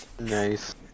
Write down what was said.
Nice